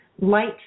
light